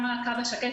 גם הקו השקט,